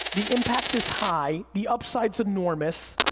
the impact is high, the upside's enormous,